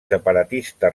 separatista